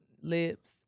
Lips